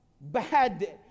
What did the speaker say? bad